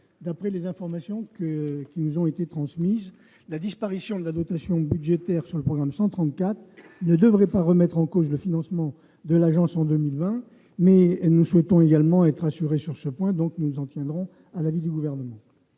D'après les informations qui nous ont été transmises, la disparition de la dotation budgétaire sur le programme 134 ne devrait pas remettre en cause le financement de l'agence en 2020. Toutefois, comme nous souhaitons être rassurés sur ce point, nous demandons l'avis du Gouvernement.